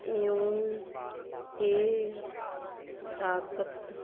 ਇਉਂ ਇਹ ਤਾਕਤ